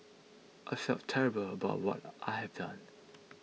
I feel terrible about what I have done